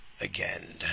again